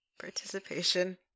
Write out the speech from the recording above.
participation